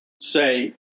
say